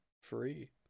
free